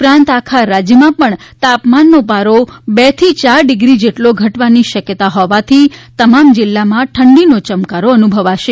ઉપરાંત આખા રાજ્યમાં પણ તાપમાનનો પારો બે થી યાર ડિગ્રી જેટલો ઘટવાની શક્યતા હોવાથી તમામ જિલ્લામાં ઠંડીનો ચમકારો અનુભવાશે